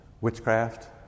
Witchcraft